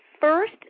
first